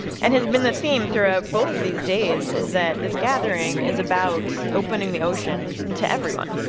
and has been the theme throughout both of these days, is that this gathering is about opening the ocean and to everyone.